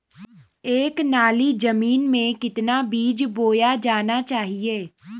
एक नाली जमीन में कितना बीज बोया जाना चाहिए?